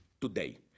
today